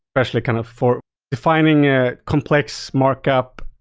especially kind of for defining a complex markup.